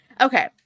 Okay